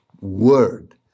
word